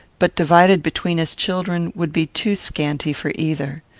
but, divided between his children, would be too scanty for either.